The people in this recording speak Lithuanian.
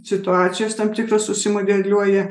situacijos tam tikros susimodeliuoja